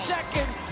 Second